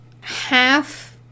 Half